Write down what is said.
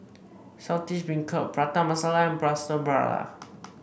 Saltish Beancurd Prata Masala and Plaster Prata